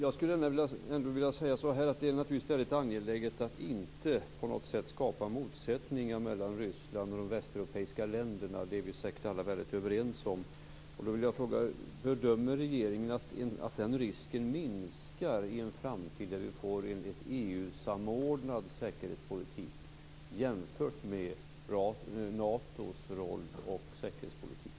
Fru talman! Det är naturligtvis väldigt angeläget att inte på något sätt skapa motsättningar mellan Ryssland och de västeuropeiska länderna. Det är vi säkert alla överens om. Bedömer regeringen att den risken minskar i en framtid där vi får en EU samordnad säkerhetspolitik jämfört med Natos roll och säkerhetspolitik?